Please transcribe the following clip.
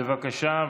בבקשה,